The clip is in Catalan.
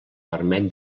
permet